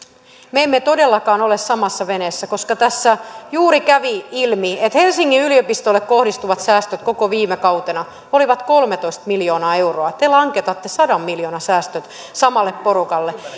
me emme todellakaan ole samassa veneessä koska tässä juuri kävi ilmi että helsingin yliopistolle kohdistuvat säästöt koko viime kautena olivat kolmetoista miljoonaa euroa te langetatte sadan miljoonan säästöt samalle porukalle